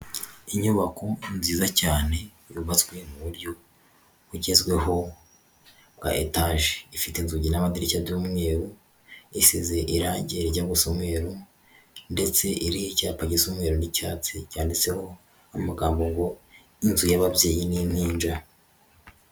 Inyubako nziza cyane yubatswe mu buryo bugezweho bwa etage. Ifite inzugi n'amadirishya by'umweru isize irangi rijya gusa umweru, ndetse iriho icyapa gisa umweru n'icyatsi cyanditseho amagambo ngo inzu y'ababyeyi n'impinja.